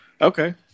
Okay